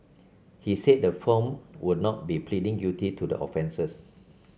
he said the firm would not be pleading guilty to the offences